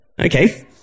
Okay